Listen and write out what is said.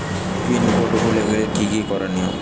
Pin code ভুলে গেলে কি কি করনিয়?